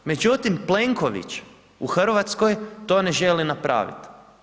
Međutim, Plenković u Hrvatskoj to ne želi napraviti.